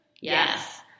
Yes